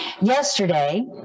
Yesterday